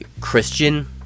Christian